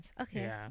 okay